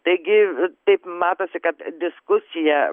taigi taip matosi kad diskusija